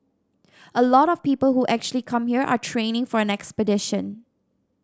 a lot of people who actually come here are training for an expedition